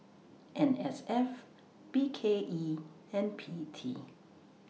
N S F B K E and P T